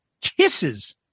Kisses